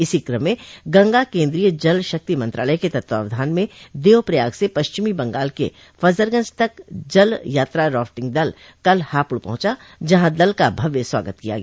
इसी क्रम में गंगा केन्द्रीय जल शक्ति मंत्रालय के तत्वावधान में देव प्रयाग से पश्चिमी बंगाल के फजरगंज तक जल यात्रा राफ्टिंग दल कल हापुड़ पहुंचा जहां दल का भव्य स्वागत किया गया